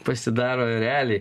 pasidaro ereliai